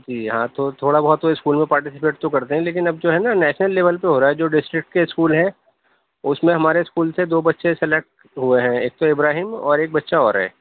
جی ہاں تو تھوڑا بہت تو اسکول میں پارٹیشپیٹ تو کرتے ہیں لیکن اب جو ہے نہ نیشنل لیول پہ ہورہا ہے جو ڈسٹرکٹ کے اسکول ہیں اُس میں ہمارے اسکول سے دو بچے سلیکٹ ہوئے ہیں ایک تو ابراہیم اور ایک بچہ اور ہے